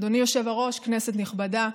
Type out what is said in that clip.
אדוני היושב-ראש, כנסת נכבדה,